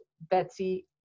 Betsy